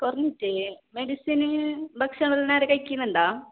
കുറഞ്ഞില്ലേ മെഡിസിന് ഭക്ഷണം നേരെ കഴിക്കിണുണ്ടോ